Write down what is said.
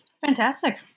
Fantastic